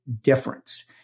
difference